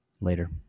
later